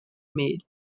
made